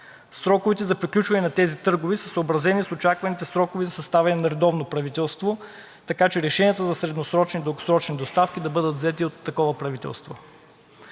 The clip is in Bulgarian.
Сроковете за приключване на тези търгове са съобразени с очакваните срокове за съставяне на редовно правителство, така че решенията за средносрочни и дългосрочни доставки да бъдат взети от такова правителство.